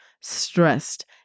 stressed